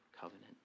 covenant